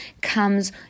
comes